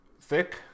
thick